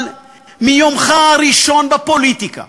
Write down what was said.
אבל מיומך הראשון בפוליטיקה